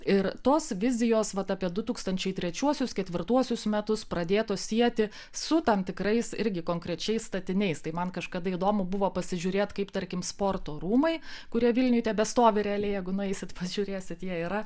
ir tos vizijos vat apie du tūkstančiai trečiuosius ketvirtuosius metus pradėtos sieti su tam tikrais irgi konkrečiais statiniais tai man kažkada įdomu buvo pasižiūrėt kaip tarkim sporto rūmai kurie vilniuj tebestovi realiai jeigu nueisit pažiūrėsit jie yra